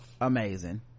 amazing